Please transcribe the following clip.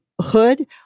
hood